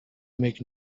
make